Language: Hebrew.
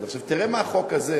תראה מה החוק הזה